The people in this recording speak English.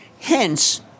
Hence